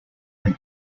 del